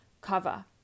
cover